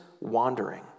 wandering